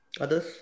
Others